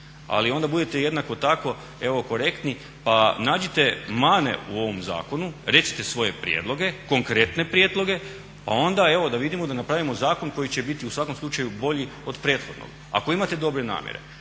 Ali onda budite jednako tako evo korektni pa nađite mane u ovom zakonu, recite svoje prijedloge konkretne prijedloge, a onda evo da vidimo, da napravimo zakon koji će biti u svakom slučaju bolji od prethodnog ako imate dobre namjere.